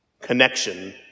Connection